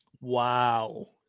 Wow